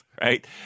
right